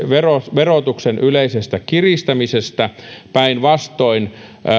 verotuksen yleisestä kiristämisestä päinvastoin